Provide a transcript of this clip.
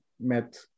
met